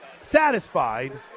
satisfied